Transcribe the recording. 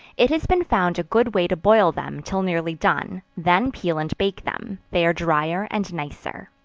it has been found a good way to boil them, till nearly done then peel and bake them they are drier and nicer.